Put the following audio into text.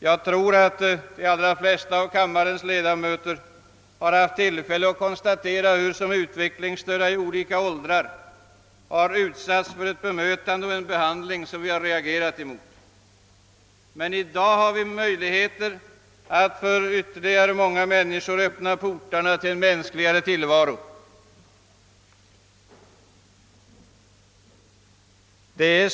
Jag tror att de allra flesta av kammarens ledamöter haft anledning att konstatera hur utvecklingsstörda i olika åldrar utsätts för ett bemötande och en behandling som vi reagerar mot. Men i dag har vi möjlighet att för ytterligare många människor öppna portarna till en mänskligare tillvaro.